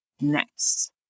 next